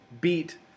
beat